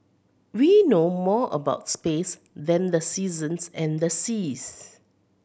we know more about space than the seasons and the seas